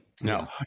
No